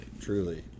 truly